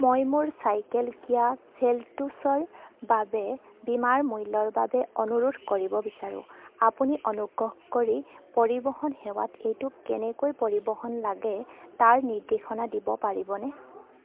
মই মোৰ cycle Kia চেলটোছৰ বাবে বীমাৰ মূল্যৰ বাবে অনুৰোধ কৰিব বিচাৰোঁ আপুনি অনুগ্ৰহ কৰি পৰিবহণ সেৱাত এইটো কেনেকৈ পৰিবহন লাগে তাৰ নিৰ্দেশনা দিব পাৰিবনে